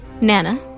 Nana